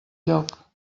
lloc